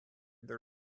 their